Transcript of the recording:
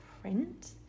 print